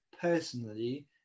personally